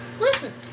Listen